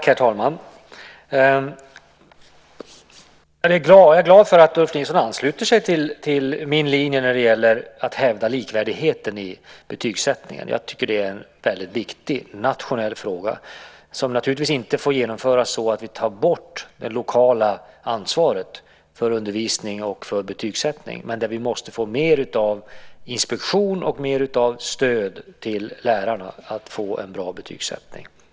Herr talman! Jag är glad att Ulf Nilsson ansluter sig till min linje när det gäller att hävda likvärdigheten i betygssättningen. Jag tycker att det är en väldigt viktig nationell fråga. Det får naturligtvis inte genomföras så att vi tar bort det lokala ansvaret för undervisning och betygssättning, men vi måste få mer av inspektion och stöd till lärarna för att få en bra betygssättning.